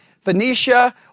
Phoenicia